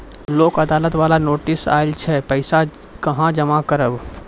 लोक अदालत बाला नोटिस आयल छै पैसा कहां जमा करबऽ?